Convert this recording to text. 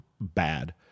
bad